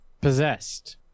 possessed